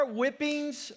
whippings